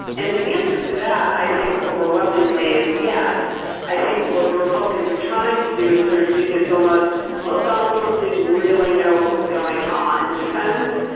and the answer to that i think overwhelmingly is yes i think what the republicans are trying to do is sort of do this almost well donald trump didn't really know what was going on defense.